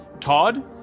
Todd